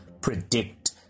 predict